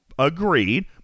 agreed